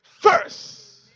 first